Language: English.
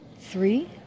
three